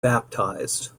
baptised